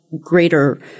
greater